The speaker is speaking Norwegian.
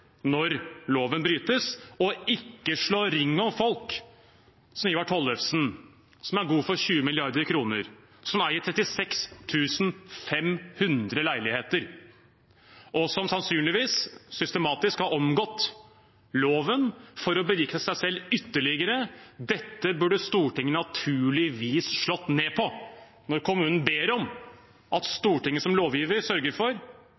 når loven brytes, og ikke slå ring om folk som Ivar Tollefsen, som er god for 20 mrd. kr, som eier 36 500 leiligheter, og som sannsynligvis systematisk har omgått loven for å berike seg selv ytterligere. Dette burde Stortinget naturligvis slått ned på når kommunen ber om at Stortinget som lovgiver sørger for